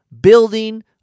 building